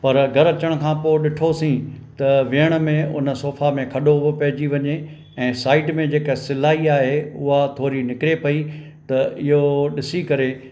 पर घर अचण खां पोइ ॾिठोसीं त वेहण में उन सोफा में खॾो उहो पइजी वञे ऐं साइड में जेका सिलाई आहे उहा थोरी निकरे पई त इहो ॾिसी करे